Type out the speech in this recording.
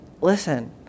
listen